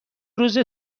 روزه